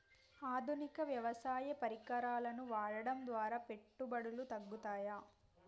ఆధునిక వ్యవసాయ పరికరాలను వాడటం ద్వారా పెట్టుబడులు తగ్గుతయ?